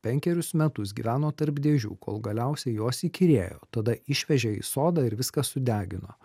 penkerius metus gyveno tarp dėžių kol galiausiai jos įkyrėjo tada išvežė į sodą ir viską sudegino